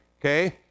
okay